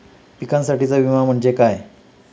पिकांसाठीचा विमा म्हणजे काय?